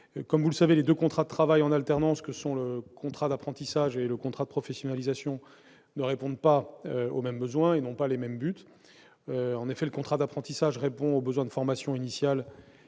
Vous le savez, les deux contrats de travail en alternance que sont le contrat d'apprentissage et le contrat de professionnalisation ne répondent pas aux mêmes besoins et ne visent pas les mêmes buts. En effet, le contrat d'apprentissage répond aux besoins de formation initiale